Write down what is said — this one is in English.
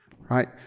Right